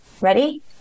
Ready